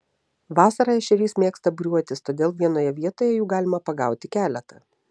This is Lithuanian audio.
vasarą ešerys mėgsta būriuotis todėl vienoje vietoje jų galima pagauti keletą